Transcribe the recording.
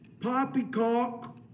Poppycock